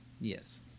Yes